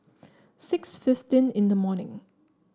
six fifteen in the morning